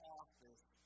office